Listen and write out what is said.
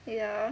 ya